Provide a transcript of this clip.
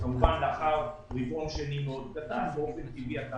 כמובן לאחר רבעון שני מאוד קטן, באופן טבעי אתה